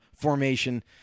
formation